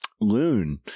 loon